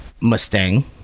Mustang